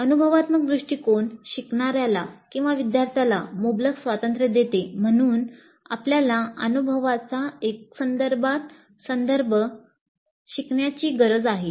अनुभवात्मक दृष्टिकोन शिकणार्याला मुबलक स्वातंत्र्य देते म्हणून आपल्याला अनुभवाचा एकंदर्भात संदर्भ शिकण्याची गरज आहे